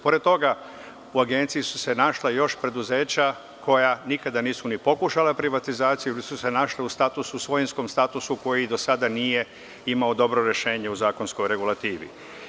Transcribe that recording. Pored toga u Agenciji su se našla još preduzeća koja nikada nisu ni pokušala privatizaciju već su se našla u svojinskom statusu koji do sada nije imao dobro rešenje u zakonskoj regulativi.